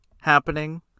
happening